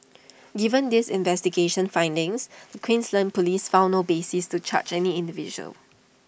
given these investigation findings the Queensland Police found no basis to charge any individual